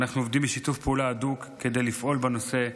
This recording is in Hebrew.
ואנחנו עובדים בשיתוף פעולה הדוק כדי לפעול בנושא,